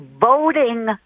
voting